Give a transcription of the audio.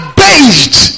based